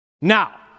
now